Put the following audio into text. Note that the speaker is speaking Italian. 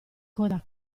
coda